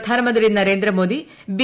പ്രധാനമന്ത്രി നരേന്ദ്ര മോദി ബി